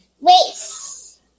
Race